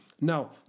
Now